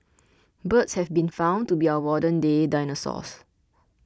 birds have been found to be our modern day dinosaurs